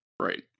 Right